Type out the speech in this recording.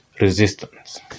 resistance